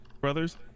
Brothers